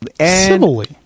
Civilly